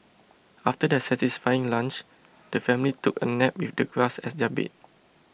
after their satisfying lunch the family took a nap with the grass as their bed